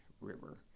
River